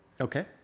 Okay